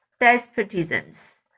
despotisms